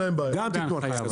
גם תתנו הנחיה.